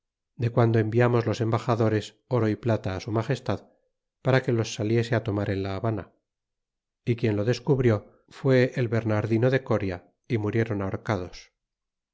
de guando enviamos los embaxadores oro y plata á su magestad para que los saliese á tomar en la habana y quien lo descubrió fue el bernardino de coria y murieron ahorcados